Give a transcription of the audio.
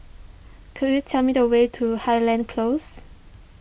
could you tell me the way to Highland Close